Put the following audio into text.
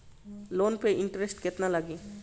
Loan पे interest केतना लागी?